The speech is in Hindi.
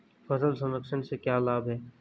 फल संरक्षण से क्या लाभ है?